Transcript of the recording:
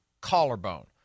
collarbone